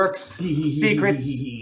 secrets